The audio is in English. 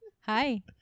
Hi